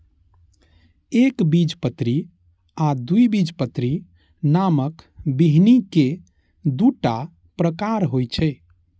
एकबीजपत्री आ द्विबीजपत्री नामक बीहनि के दूटा प्रकार होइ छै